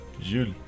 Jules